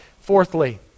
Fourthly